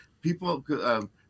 people